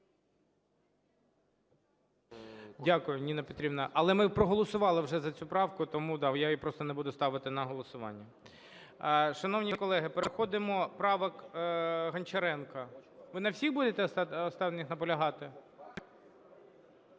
Дякую, Ніна Петрівна. Але ми проголосували вже за цю правку, тому я її просто не буду ставити на голосування. Шановні колеги, переходимо до правок Гончаренка. Ви на всіх будете останніх наполягати?